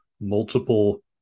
multiple